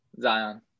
Zion